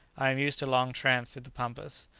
i am used to long tramps through the pampas.